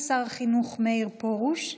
של קרן ברק,